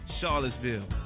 Charlottesville